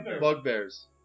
Bugbears